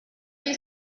they